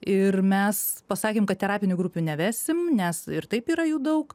ir mes pasakėm kad terapinių grupių nevesim nes ir taip yra jų daug